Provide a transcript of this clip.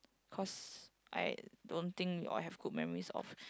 cause I don't think we all have good memories of